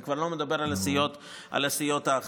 אני כבר לא מדבר על הסיעות האחרות.